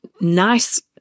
nice